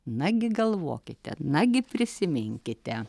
nagi galvokite nagi prisiminkite